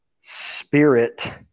spirit